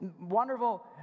wonderful